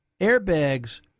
Airbags